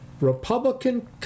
Republican